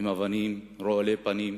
אבנים, רעולי פנים.